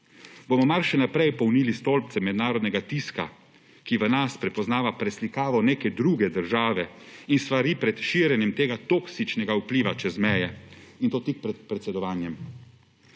Bomo mar še naprej polnilni stolpce mednarodnega tiska, ki v nas prepoznava preslikavo neke druge države in svari pred širjenjem tega toksičnega vpliva čez meje, in to tik pred predsedovanjem?